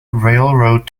railroad